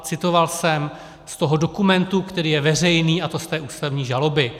Citoval jsem z toho dokumentu, který je veřejný, a to z té ústavní žaloby.